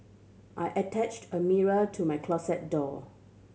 I attached a mirror to my closet door